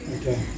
Okay